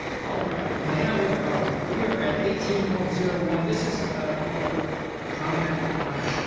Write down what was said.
all right. now where are we, we are at eighteen point zero one. this is public comment on